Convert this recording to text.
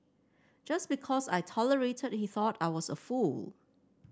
just because I tolerated he thought I was a fool